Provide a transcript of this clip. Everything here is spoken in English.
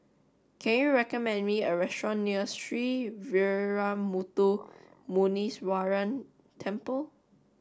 can you recommend me a restaurant near Sree Veeramuthu Muneeswaran Temple